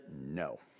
no